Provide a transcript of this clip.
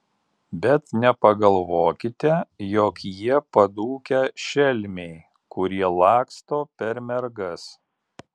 bet nepagalvokite jog jie padūkę šelmiai kurie laksto per mergas